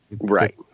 Right